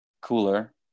cooler